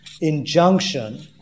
injunction